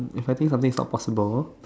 fighting for me is not possible